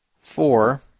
four